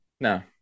No